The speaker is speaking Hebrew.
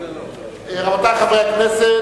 רבותי חברי הכנסת,